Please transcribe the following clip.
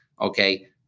Okay